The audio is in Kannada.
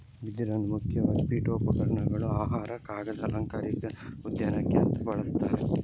ಬಿದಿರನ್ನ ಮುಖ್ಯವಾಗಿ ಪೀಠೋಪಕರಣಗಳು, ಆಹಾರ, ಕಾಗದ, ಅಲಂಕಾರಿಕ ಉದ್ಯಾನಕ್ಕೆ ಅಂತ ಬಳಸ್ತಾರೆ